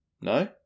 No